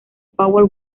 power